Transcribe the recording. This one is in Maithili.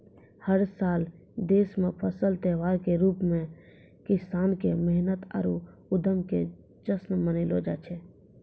हर साल देश मॅ फसल त्योहार के रूप मॅ किसान के मेहनत आरो उद्यम के जश्न मनैलो जाय छै